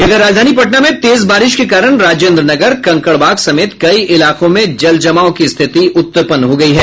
इधर राजधानी पटना में तेज बारिश के कारण राजेंद्र नगर कंकड़बाग समेत कई इलाकों में जलजमाव की स्थिति उत्पन्न हो गयी है